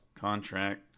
contract